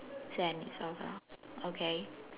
so I need circle okay